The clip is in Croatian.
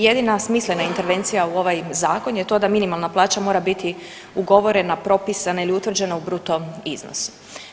Jedina smislena intervencija u ovaj Zakon je to da minimalna plaća mora biti ugovorena, propisana ili utvrđena u bruto iznosu.